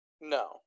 No